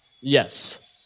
Yes